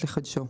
לחדשו.